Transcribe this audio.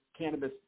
cannabis